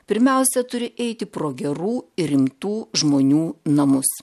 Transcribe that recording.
pirmiausia turi eiti pro gerų ir rimtų žmonių namus